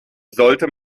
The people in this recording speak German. sollte